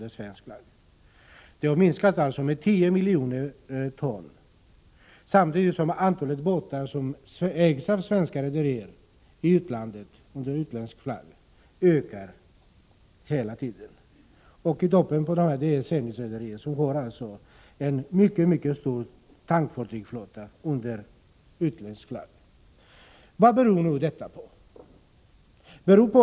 Den svenska handelsflottan har minskat med 10 miljoner ton, samtidigt som antalet båtar som ägs av svenska rederier i utlandet, under utländsk flagg, hela tiden ökar. I toppen av denna liga ligger Zenith-rederiet, som har en mycket stor tankfartygsflotta under utländsk flagg. Vad beror nu detta på?